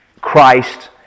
Christ